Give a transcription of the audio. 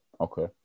Okay